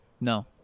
No